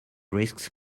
risks